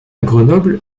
grenoble